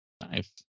Nice